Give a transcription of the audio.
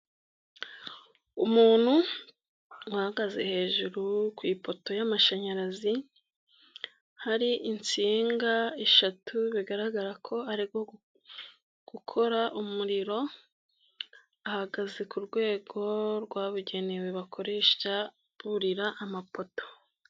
Umuntu uhagaze hejuru ku ipoto y'amashanyarazi, hari insinga eshatu, bigaragara ko arimo gukora umuriro, ahagaze ku rwego rwabugenewe bakoresha burira amapoto.